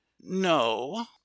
no